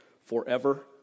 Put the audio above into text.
forever